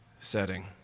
setting